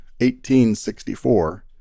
1864